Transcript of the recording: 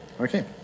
okay